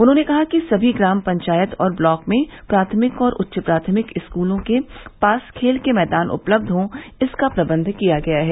उन्होंने कहा कि सभी ग्राम पंचायत और ब्लाक में प्राथमिक और उच्च प्राथमिक स्कूलों के पास खेल के मैदान उपलब्ध हो इसका प्रबंध किया गया है